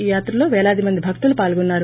ఈ యాత్రలో పేలాది మంది భక్తులు పాల్గొన్నారు